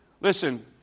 Listen